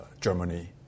Germany